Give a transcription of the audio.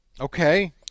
Okay